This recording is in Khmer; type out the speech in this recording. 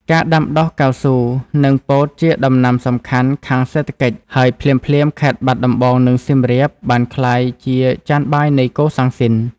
ការ ដាំដុះកៅស៊ូ និងពោតជាដំណាំសំខាន់ខាងសេដ្ឋកិច្ចហើយភ្លាមៗខេត្តបាត់ដំបងនិង សៀមរាបបានក្លាយជាចាន បាយនៃកូសាំងស៊ីន ។